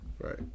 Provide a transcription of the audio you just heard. Right